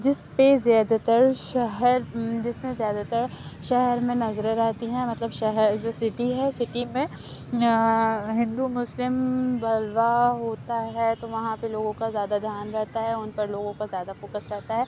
جس پہ زیادہ تر شہر جس میں زیادہ تر شہر میں نظریں رہتی ہیں مطلب شہر جو سٹی ہے سٹی میں ہندو مسلم بلوا ہوتا ہے تو وہاں پہ لوگوں کا زیادہ دھیان رہتا ہے اُن پرلوگوں کا زیادہ فوکس رہتا ہے